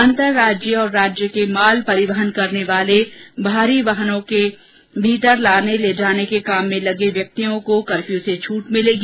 अन्तर्राज्यीय और राज्य के माल परिवन करने वाले भार वाहनों के भीतर लाने ले जाने के काम में लगे व्यक्तियों को कर्फ्यू से छूट मिलेगी